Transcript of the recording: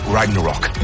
Ragnarok